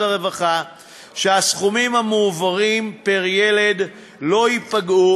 הרווחה שהסכומים המועברים פר-ילד לא ייפגעו,